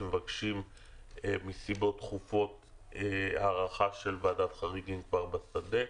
שמבקשים מסיבות דחופות הארכה של ועדת חריגים כבר בשדה.